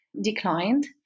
declined